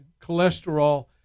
cholesterol